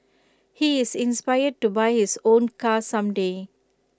he is inspired to buy his own car some day